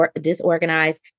disorganized